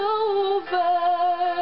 over